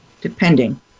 Depending